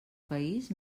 país